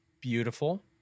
beautiful